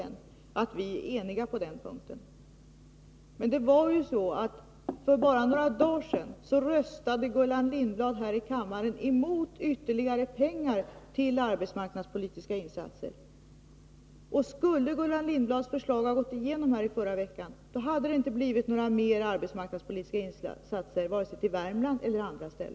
Hon säger att vi är eniga på den punkten. Men för bara några dagar sedan röstade Gullan Lindblad här i kammaren emot ytterligare pengar till arbetsmarknadspolitiska insatser. Skulle Gullan Lindblads förslag ha gått igenom här i förra veckan, hade det inte blivit några fler arbetsmarknadspolitiska insatser, varken i Värmland eller på andra håll.